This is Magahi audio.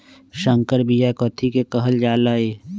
संकर बिया कथि के कहल जा लई?